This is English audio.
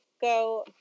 go